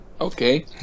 Okay